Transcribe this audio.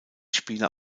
spieler